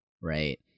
right